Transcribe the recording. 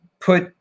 put